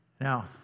Now